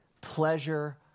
pleasure